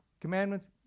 commandments